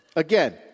Again